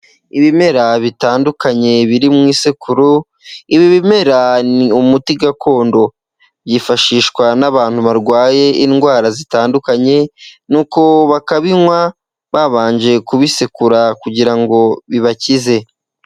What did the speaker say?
Ibimera bitandukanye biri mu isekuru, ibi bimera ni umuti gakondo. Yifashishwa n'abantu barwaye indwara zitandukanye, nuko bakabinywa babanje kubisekura, kugira ngo bibakize.